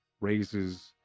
raises